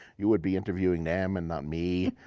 you would be interviewing them and not me,